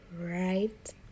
Right